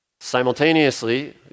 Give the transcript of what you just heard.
Simultaneously